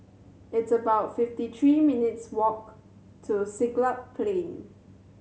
it's about fifty three minutes' walk to Siglap Plain